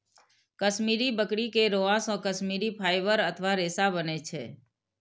कश्मीरी बकरी के रोआं से कश्मीरी फाइबर अथवा रेशा बनै छै